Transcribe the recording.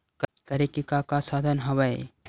करे के का का साधन हवय?